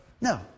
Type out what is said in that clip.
No